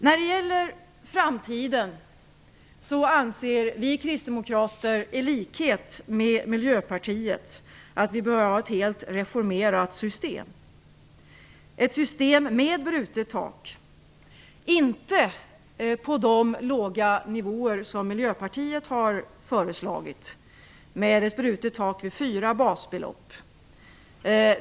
När det gäller framtiden anser vi kristdemokrater i likhet med Miljöpartiet att vi bör ha ett helt reformerat system. Vi bör ha ett system med brutet tak, men inte på de låga nivåer som Miljöpartiet har föreslagit med ett brutet tak vid 4 basbelopp.